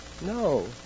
No